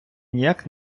ніяк